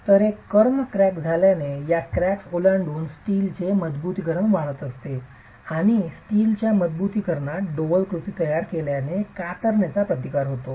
तर एक कर्ण क्रॅक तयार झाल्याने या क्रॅक्स ओलांडून स्टीलची मजबुतीकरण वाढत आहे आणि स्टीलच्या मजबुतीकरणात डोव्हल कृती तयार केल्याने कातरणेचा प्रतिकार होतो